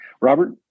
Robert